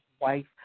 wife